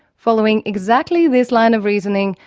following exactly this line of reasoning,